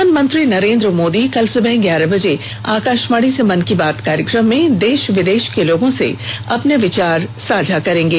प्रधानमंत्री नरेन्द्र मोदी कल सुबह ग्यारह बजे आकाशवाणी पर मन की बात कार्यक्रम में देश विदेश के लोगों के साथ अपने विचार साझा करेंगे